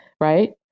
right